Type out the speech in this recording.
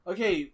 Okay